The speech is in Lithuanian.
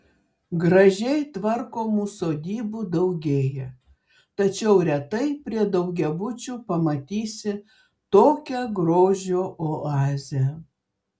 gražiai tvarkomų sodybų daugėja tačiau retai prie daugiabučių pamatysi tokią grožio oazę